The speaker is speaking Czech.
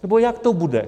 Nebo jak to bude?